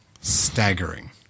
Staggering